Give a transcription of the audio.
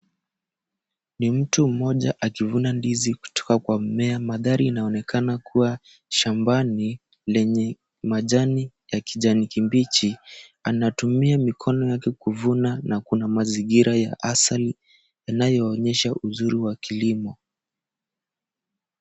Ni mtu mmoja akivuna ndizi kutoka kwa mmea. Mandari inaonekana kuwa shambani lenye majani ya kijani kibichi. Anatumia mikono yake kuvuna na kuna mazingira ya asali yanayoonyesha uzuri wa kilimo.